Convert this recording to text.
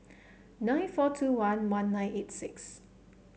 nine four two one one nine eight six